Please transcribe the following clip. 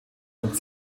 und